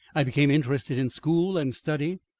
i became interested in school and study,